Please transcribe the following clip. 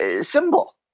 symbol